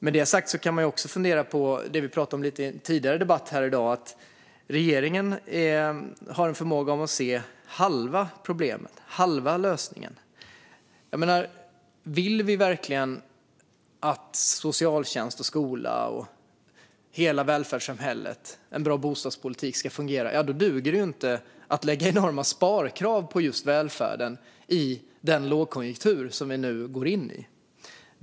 Med det sagt kan man fundera på det vi pratade om lite tidigare i en debatt här i dag: att regeringen har en förmåga att se halva problemet och halva lösningen. Vill vi verkligen att socialtjänsten, skolan, bostadspolitiken och hela välfärdssamhället ska fungera duger det inte att lägga enorma sparkrav på välfärden i den lågkonjunktur som vi nu går in i.